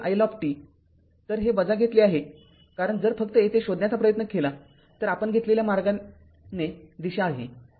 तर हे घेतले आहे कारणजर फक्त येथे शोधण्याचा प्रयत्न केला तर आपण घेतलेल्या मार्गाने दिशा आहे